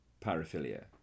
paraphilia